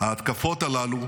ההתקפות הללו,